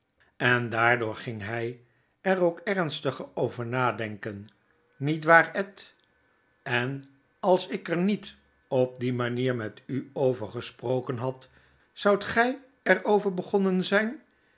en daardoor gingt gy er ook ernstiger over nadenken nietwaar ed en als ik er niet op die manier met u over gesproken had zoudt gy er over begonnen zyn